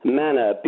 manner